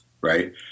right